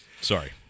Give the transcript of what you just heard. Sorry